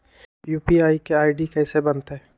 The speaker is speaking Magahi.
यू.पी.आई के आई.डी कैसे बनतई?